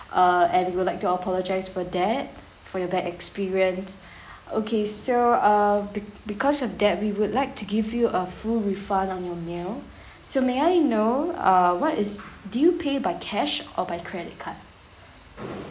err and we would like to apologize for that for your bad experience okay so uh be~ because of that we would like to give you a full refund on your meal so may I know uh what is do you pay by cash or by credit card